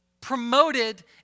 promoted